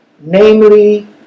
namely